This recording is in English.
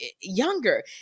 younger